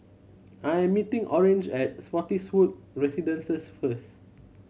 I am meeting Orange at Spottiswoode Residences first